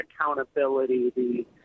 accountability